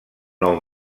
nou